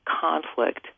conflict